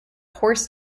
horse